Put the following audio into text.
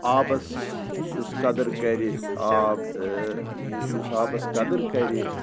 آبَس یُس قدٕر کَرِ آب یُس آبَس قدٕر کَرِ